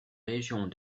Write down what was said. régions